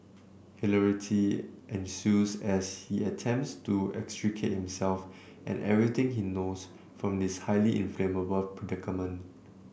hilarity ensues as he attempts to extricate himself and everything he knows from this highly inflammable predicament